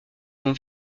sont